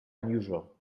unusual